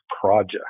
project